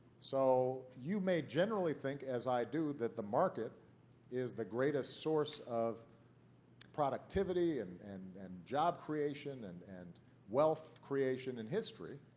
so you may generally think, as i do, that the market is the greatest source of productivity and and and job creation and and wealth creation and history,